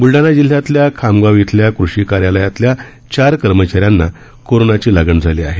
बुलडाणा जिल्ह्यातल्या खामगाव इथल्या कृषी कार्यालयातल्या चार कर्मचाऱ्यांनाही कोरोनाची लागण झाली आहे